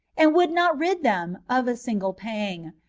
and would not rid them of a single pang,